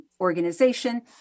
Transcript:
organization